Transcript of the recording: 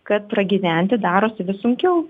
kad pragyventi darosi vis sunkiau